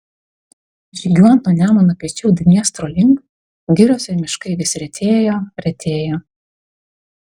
žygiuojant nuo nemuno piečiau dniestro link girios ir miškai vis retėjo retėjo